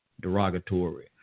derogatory